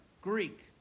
Greek